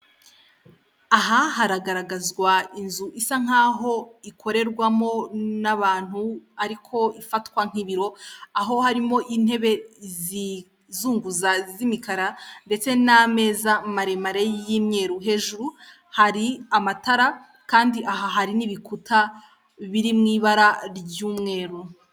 Aha haragaragazwa inzu isa nkaho ikorerwamo n'abantu ariko ifatwa nk'ibiro aho harimo intebe zizunguza z'imikara ndetse n'ameza maremare y'imyeru hejuru hari amatara kandi aha hari n'ibikuta biri mu ibara ry'umweru.